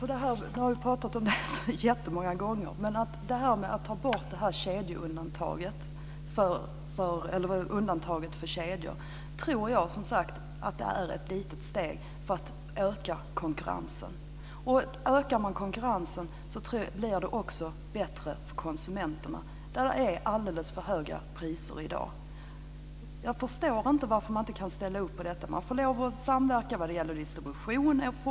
Herr talman! Nu har vi pratat om det här jättemånga gånger. Att ta bort undantaget för kedjor tror jag, som sagt, är ett litet steg mot att öka konkurrensen. Ökar man konkurrensen blir det också bättre för konsumenterna där det är alldeles för höga priser i dag. Jag förstår inte varför ni inte kan ställa upp på detta. Man får fortfarande lov att samverka när det gäller distribution.